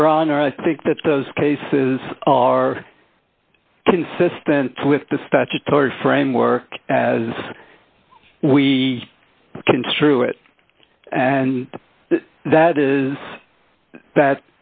your honor i think that those cases are consistent with the statutory framework as we construe it and that is that